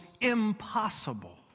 impossible